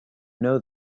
know